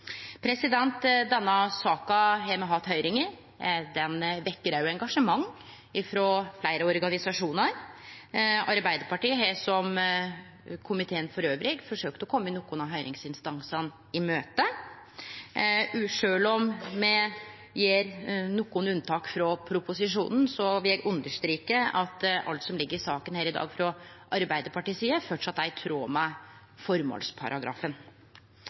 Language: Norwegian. Denne saka har me hatt høyring i. Ho vekkjer òg engasjement frå fleire organisasjonar. Arbeidarpartiet har, som komiteen elles, forsøkt å kome nokre av høyringsinstansane i møte. Sjølv om me gjer nokre unnatak frå proposisjonen, vil eg understreke at alt som ligg i saka i dag frå Arbeidarpartiets side, framleis er i tråd med